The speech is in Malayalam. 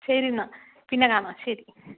ശരിയെന്നാൽ പിന്നെ കാണാം ശരി